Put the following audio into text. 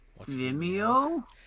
Vimeo